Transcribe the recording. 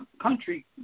country